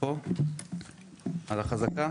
על החזקה?